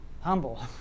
humble